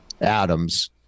Adams